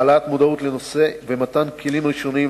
העלאת המודעות לנושא ומתן כלים ראשוניים